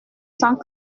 cent